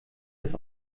das